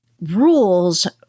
rules